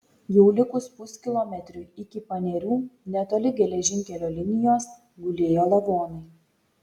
jau likus puskilometriui iki panerių netoli geležinkelio linijos gulėjo lavonai